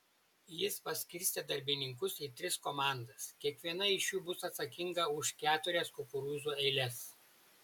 jis paskirstė darbininkus į tris komandas kiekviena iš jų bus atsakinga už keturias kukurūzų eiles